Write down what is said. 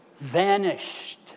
vanished